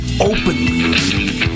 openly